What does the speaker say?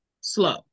slow